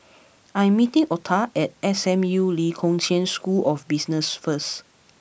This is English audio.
I am meeting Ota at S M U Lee Kong Chian School of Business first